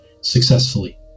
successfully